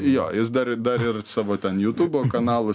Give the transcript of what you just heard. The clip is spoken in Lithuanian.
jo jis dar dar ir savo ten jutubo kanalų